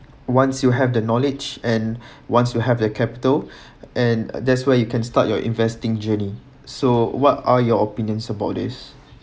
once you have the knowledge and once you have the capital and that's where you can start your investing journey so what are your opinions about this